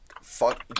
Fuck